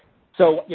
so, you